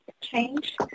change